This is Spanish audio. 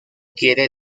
quiere